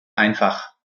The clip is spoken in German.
einfach